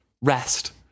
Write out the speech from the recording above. rest